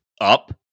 up